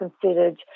considered